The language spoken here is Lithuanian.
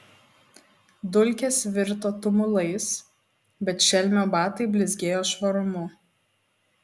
dulkės virto tumulais bet šelmio batai blizgėjo švarumu